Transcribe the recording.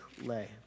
lay